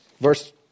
verse